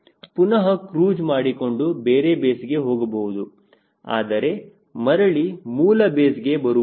ಪುನಹ ಕ್ರೂಜ್ ಮಾಡಿಕೊಂಡು ಬೇರೆ ಬೇಸ್ಗೆ ಹೋಗಬಹುದು ಆದರೆ ಮರಳಿ ಮೂಲ ಬೇಸ್ಗೆ ಬರುವುದಿಲ್ಲ